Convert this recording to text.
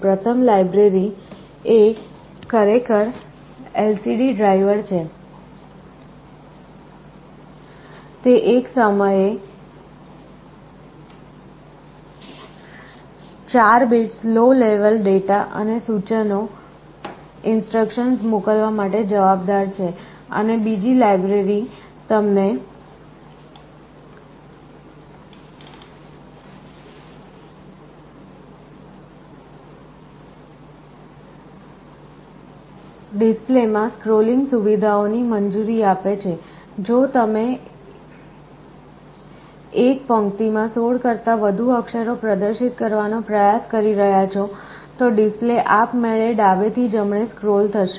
પ્રથમ લાઇબ્રેરી એ ખરેખર LCD ડ્રાઇવર છે તે એક સમયે 4 બીટ્સ લો લેવલ ડેટા અને સૂચનો મોકલવા માટે જવાબદાર છે અને બીજી લાઇબ્રેરી તમને ડિસ્પ્લેમાં સ્ક્રોલિંગ સુવિધાઓ ની મંજૂરી આપે છે જો તમે એક પંક્તિ માં 16 કરતા વધુ અક્ષરો પ્રદર્શિત કરવાનો પ્રયાસ કરી રહ્યાં છો તો ડિસ્પ્લે આપમેળે ડાબેથી જમણે સ્ક્રોલ થશે